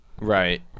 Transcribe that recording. Right